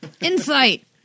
Insight